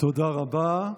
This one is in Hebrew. תודה רבה.